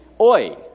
Oi